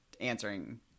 answering